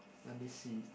let me see